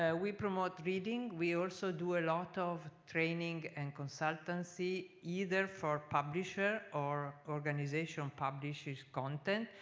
ah we promote reading. we also do a lot of training and consultancy, either for publisher or organization publishes content,